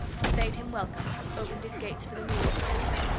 he bade him welcome, opened his gates for the mules to enter,